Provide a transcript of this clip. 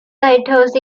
lighthouse